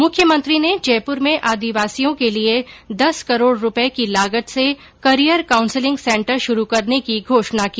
मुख्यमंत्री ने जयपुर में आदिवासियों के लिये दस करोड रूपये की लागत से कैरियर काउंसलिंग सेन्टर शुरू करने की घोषणा की